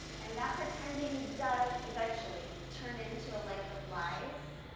and that pretending does eventually turn into a life of lies,